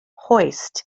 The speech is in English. hoist